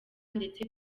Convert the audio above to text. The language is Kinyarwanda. ndetse